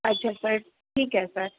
अच्छा सर ठीक आहे सर